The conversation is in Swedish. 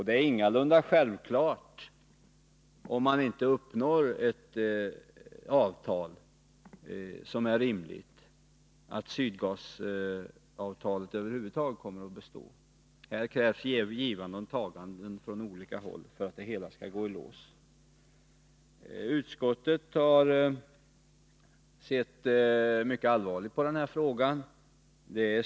Det är ingalunda självklart — om man inte uppnår ett avtal som är rimligt — att Sydgasavtalet över huvud taget kommer att bestå. Det krävs ett givande och tagande från olika håll för att det hela skall gå i lås. Utskottet har sett mycket allvarligt på den här frågan.